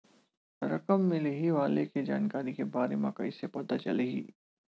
रकम मिलही वाले के जानकारी के बारे मा कइसे पता चलही?